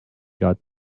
got